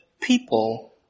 people